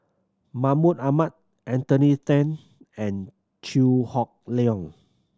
Mahmud Ahmad Anthony Then and Chew Hock Leong